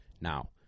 now